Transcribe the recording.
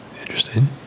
Interesting